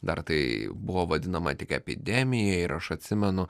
dar tai buvo vadinama tik epidemija ir aš atsimenu